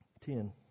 Ten